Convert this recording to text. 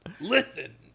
Listen